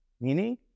Meaning